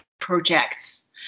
projects